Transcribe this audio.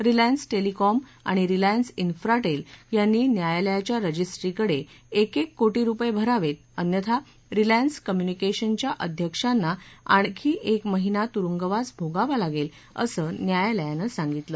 Reliance telecom आणि Reliance क्रिप्टेल यांनी न्यायालयाच्या रजिस्ट्रीकडे एक एक कोटी रुपये भरावे अन्यथा रिलायन्स कम्यूनिकेशनच्या अध्यक्षांना आणखी एक महिना तुरुंगवास भोगावा लागेल असं न्यायालयानं सांगितलं